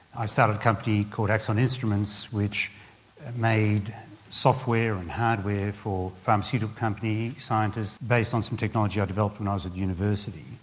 i started a company called axon instruments which made software and hardware for pharmaceutical companies, scientists, based on some technology i developed when i was at university.